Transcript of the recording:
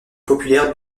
populaires